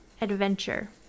adventure